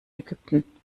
ägypten